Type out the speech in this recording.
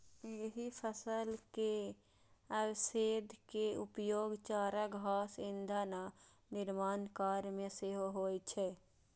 एहि फसल के अवशेष के उपयोग चारा, घास, ईंधन आ निर्माण कार्य मे सेहो होइ छै